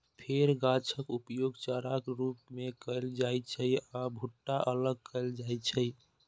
फेर गाछक उपयोग चाराक रूप मे कैल जाइ छै आ भुट्टा अलग कैल जाइ छै